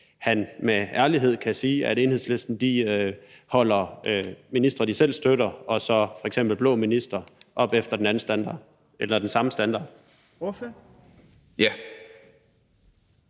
han med ærlighed kan sige, at Enhedslisten måler ministre, de selv støtter, og f.eks. blå ministre efter samme standard?